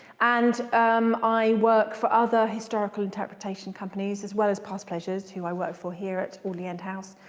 and um i work for other historical interpretation companies, as well as past pleasures who i work for here at audley end house.